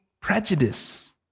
prejudice